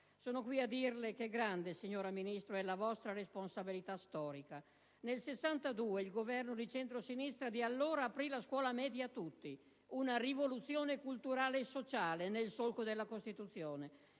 Sono qui a dirle che grande, signora Ministro, è la vostra responsabilità storica. Nel '62 il Governo di centrosinistra di allora aprì la scuola media a tutti; una rivoluzione culturale e sociale nel solco della Costituzione.